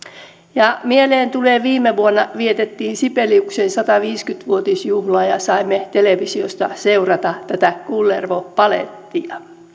ja mieleen tulee se että viime vuonna vietettiin sibeliuksen sataviisikymmentä vuotisjuhlaa ja ja saimme televisiosta seurata kullervo balettia